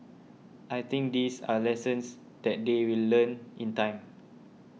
I think these are lessons that they will learn in time